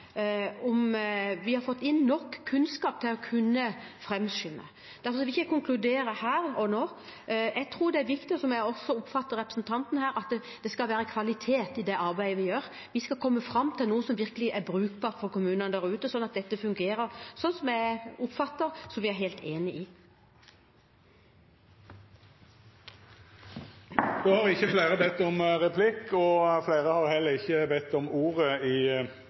om vi har fått inn nok kunnskap til å kunne framskynde. Derfor vil jeg ikke konkludere her og nå. Jeg tror det er viktig, slik jeg også oppfatter representanten her, at det er kvalitet i det arbeidet vi gjør. Vi skal komme fram til noe som virkelig er brukbart for kommunene der ute, sånn at dette fungerer – noe jeg oppfatter at vi er helt enige om. Replikkordskiftet er omme. Fleire har ikkje bedt om